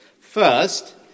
First